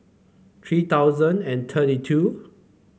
three thousand and thirty two